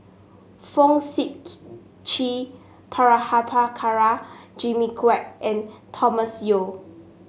Fong Sip Chee Prabhakara Jimmy Quek and Thomas Yeo